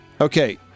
Okay